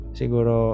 siguro